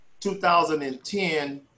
2010